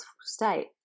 state